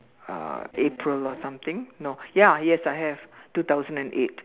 uh April or something no ya yes I have two thousand and eight